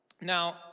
Now